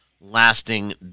lasting